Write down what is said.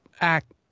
act